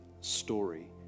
story